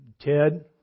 Ted